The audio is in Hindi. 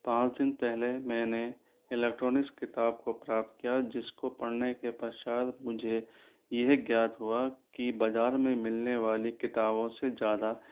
पाँच दिन पहले मैं ने इलेक्ट्रॉनिक्स किताब को प्राप्त किया जिसको पढ़ने के पश्चात मुझे यह ज्ञात हुआ कि बजार में मिलने वाली किताबों से ज़्यादा